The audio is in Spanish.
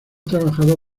trabajado